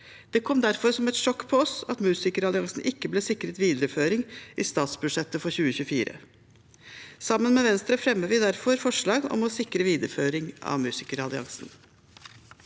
Det kom derfor som et sjokk på oss at Musikeralliansen ikke ble sikret videreføring i statsbudsjettet for 2024. Sammen med Venstre fremmer vi derfor forslag om å sikre videreføring av Musikeralliansen.